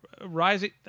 rising